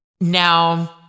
Now